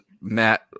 Matt